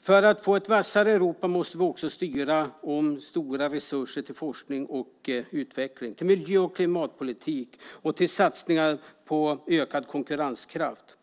För att få ett vassare Europa måste vi också styra om stora resurser till forskning och utveckling, till miljö och klimatpolitik och till satsningar på ökad konkurrenskraft.